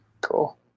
cool